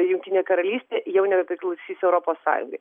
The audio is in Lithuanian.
jungtinė karalystė jau nebepriklausys europos sąjungai